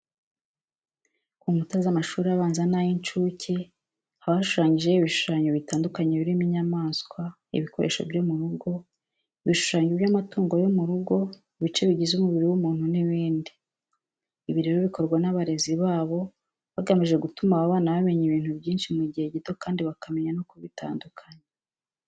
Ku nkuta z'amashuri abanza n'ay'incuke haba hashushanyijeho ibishushanyo bitandukanye birimo inyamaswa, ibikoresho byo mu rugo, ibishushanyo by'amatungo yo mu rugo, ibice bigize umubiri w'umuntu n'ibindi. Ibi rero bikorwa n'abarezi babo bagamije gutuma aba bana bamenya ibintu byinshi mu gihe gito kandi bakamenya no kubitandukanya.